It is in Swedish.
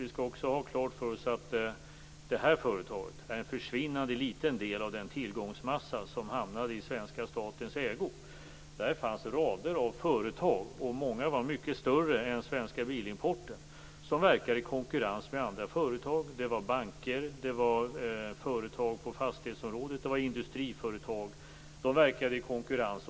Vi skall också ha klart för oss att detta företag är en försvinnande liten del av den tillgångsmassa som hamnade i svenska statens ägo. Där fanns rader av företag, och många var mycket större än Svenska Bilimporten, som verkade i konkurrens med andra företag. Det var banker. Det var företag på fastighetsområdet. Det var industriföretag. De verkade i konkurrens.